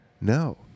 No